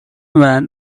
when